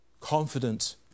Confident